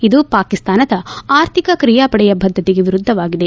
ಇದು ಪಾಕಿಸ್ತಾನದ ಅರ್ಥಿಕ ಕ್ರಿಯಾಪಡೆಯ ಬದ್ದತೆಗೆ ವಿರುದ್ದವಾಗಿದೆ